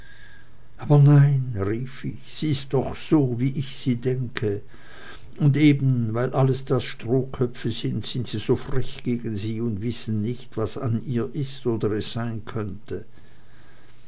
aber nein rief ich sie ist doch so wie ich sie denke und eben weil das alles strohköpfe sind sind sie so frech gegen sie und wissen nicht was an ihr ist oder sein könnte